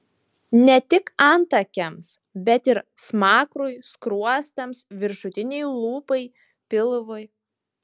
ne tik antakiams bet ir smakrui skruostams viršutinei lūpai pilvui